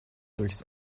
durchs